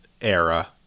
era